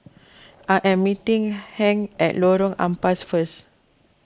I am meeting Hank at Lorong Ampas first